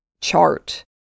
chart